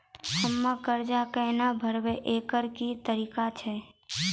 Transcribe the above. हम्मय कर्जा केना भरबै, एकरऽ की तरीका छै?